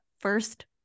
first